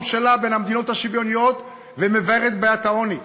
שלה בין המדינות השוויוניות ומבערת את בעיית העוני.